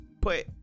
put